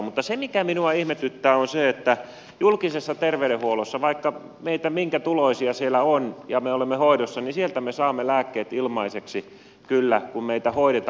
mutta se mikä minua ihmetyttää on se että julkisessa terveydenhuollossa vaikka meitä minkä tuloisia siellä on ja me olemme hoidossa me saamme lääkkeet ilmaiseksi kyllä kun meitä hoidetaan